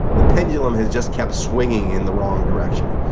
the pendulum has just kept swinging in the wrong direction.